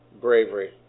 bravery